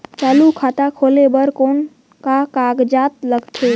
चालू खाता खोले बर कौन का कागजात लगथे?